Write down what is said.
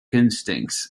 instincts